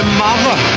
mother